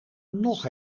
nog